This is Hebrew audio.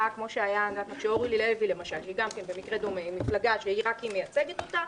כמו שהיה עם אורלי לוי שזה מקרה דומה כי מפלגה שרק היא מייצגת אותה